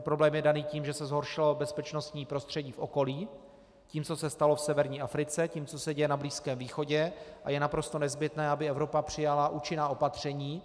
Problém je daný tím, že se zhoršilo bezpečnostní prostředí v okolí tím, co se stalo v severní Africe, tím, co se děje na Blízkém východě, a je naprosto nezbytné, aby Evropa přijala účinná opatření.